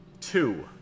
Two